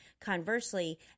conversely